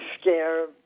scare